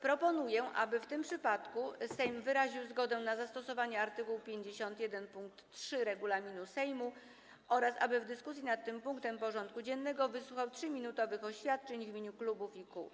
Proponuję, aby w tym przypadku Sejm wyraził zgodę na zastosowanie art. 51 pkt 3 regulaminu Sejmu oraz aby w dyskusji nad tym punktem porządku dziennego wysłuchał 3-minutowych oświadczeń w imieniu klubów i kół.